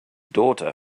daughter